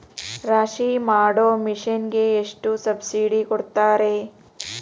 ರಾಶಿ ಮಾಡು ಮಿಷನ್ ಗೆ ಎಷ್ಟು ಸಬ್ಸಿಡಿ ಕೊಡ್ತಾರೆ?